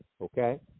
Okay